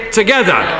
together